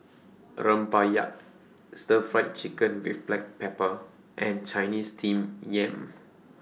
A Rempeyek Stir Fried Chicken with Black Pepper and Chinese Steamed Yam